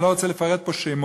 אני לא רוצה לפרט פה שמות,